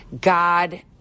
God